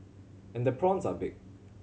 and the prawns are big